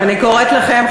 אני קוראת לכם,